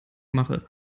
mache